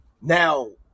now